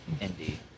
Indy